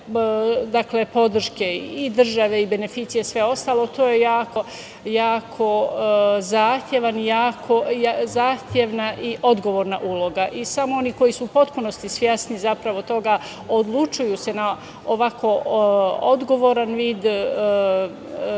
sve podrške i države i beneficije i sve ostalo to je jako zahtevna i odgovorna uloga i samo oni koji su u potpunosti svesni zapravo toga odlučuju se na ovako odgovoran vid i